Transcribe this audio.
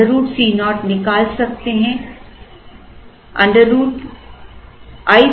√ Co निकाल सकते है √ i ƛ निकाल सकते है